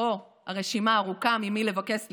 לבקש סליחה?